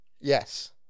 Yes